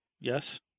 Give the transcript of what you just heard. Yes